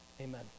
Amen